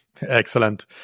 excellent